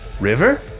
River